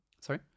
Sorry